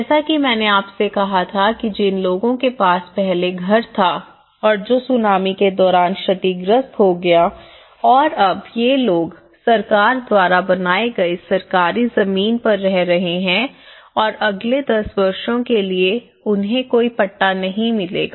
जैसा कि मैंने आपसे कहा था कि जिन लोगों के पास पहले घर था और जो सुनामी के दौरान क्षतिग्रस्त हो गया और अब ये लोग सरकार द्वारा बनाए गए सरकारी जमीन पर रह रहे हैं और अगले दस वर्षों के लिए उन्हें कोई पट्टा नहीं मिलेगा